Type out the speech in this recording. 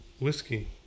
Whiskey